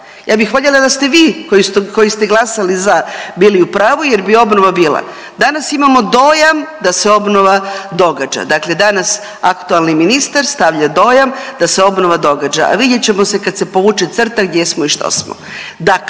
Ja bih voljela da ste vi koji ste glasali za bili u pravu, jer bi obnova bila. Danas imamo dojam da se obnova događa. Dakle, danas aktualni ministar stavlja dojam da se obnova događa, a vidjet ćemo kad se povuče crta gdje smo i što smo.